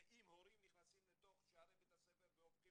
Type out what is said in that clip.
ואם הורים נכנסים לתוך שערי בית הספר והופכים